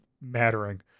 mattering